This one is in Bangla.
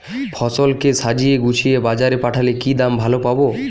ফসল কে সাজিয়ে গুছিয়ে বাজারে পাঠালে কি দাম ভালো পাব?